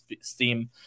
steam